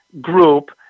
group